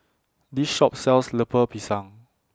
This Shop sells Lemper Pisang